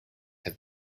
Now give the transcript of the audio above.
have